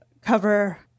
cover